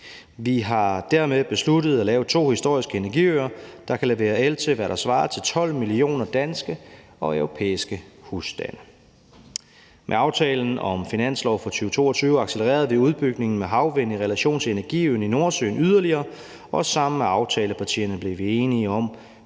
Vi har dermed besluttet at lave to historiske energiøer, der kan levere el til det, der svarer til 12 millioner danske og europæiske husstande. Med aftalen om finansloven for 2022 accelererede vi udbygningen med havvind i relation til energiøen i Nordsøen yderligere, og sammen med aftalepartierne blev vi enige om